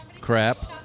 crap